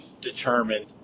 determined